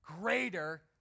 greater